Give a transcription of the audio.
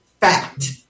fact